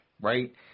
right